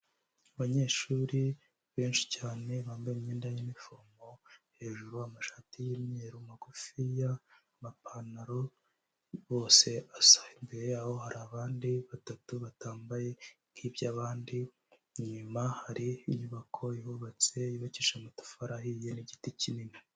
Abanyeshuri benshi cyane bambaye imyenda y'inifomo, hejuru amashati y'imyeru magufiya, amapantaro bose asa, imbere yaho hari abandi batatu batambaye nk'iby'abandi, inyuma hari inyubako ihubatse yubakisha amatafari ahiye n'igiti kinini.